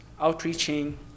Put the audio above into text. outreaching